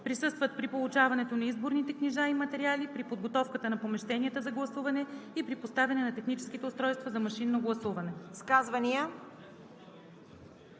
присъстват при получаването на изборните книжа и материали, при подготовката на помещенията за гласуване и при поставяне на техническите устройства за машинно гласуване;“.“